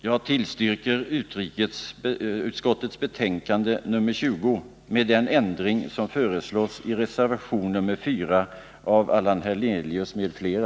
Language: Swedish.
Jag yrkar bifall till utrikesutskottets hemställan i betänkande nr 20 med den ändring som föreslås i reservation nr 4 av Allan Hernelius m.fl.